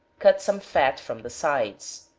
cut some fat from the sides.